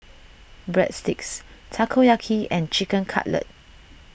Breadsticks Takoyaki and Chicken Cutlet